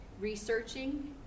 researching